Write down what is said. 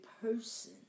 person